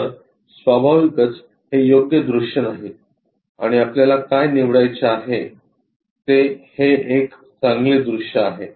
तर स्वाभाविकच हे योग्य दृश्य नाही आणि आपल्याला काय निवडायचे आहे ते हे एक चांगले दृश्य आहे